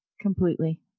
completely